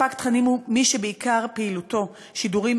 ספק תכנים הוא מי שבעיקר פעילותו שידורים